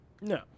no